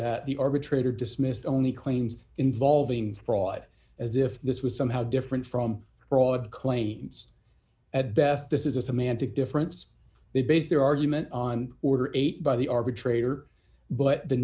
that the arbitrator dismissed only claims involving fraud as if this was somehow different from fraud claims at best this is a semantic difference they base their argument on order eight by the arbitrator but the